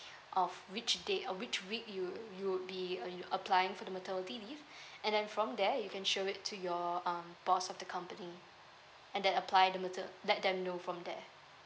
of which date uh which week you~ you would you would be a~ applying for the maternity leave and then from there you can show it to your um boss of the company and then apply the maternity let them know from there